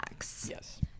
Yes